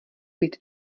být